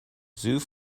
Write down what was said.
zoos